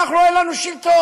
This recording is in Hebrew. אנחנו אין לנו שלטון,